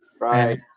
Right